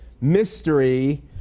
Mystery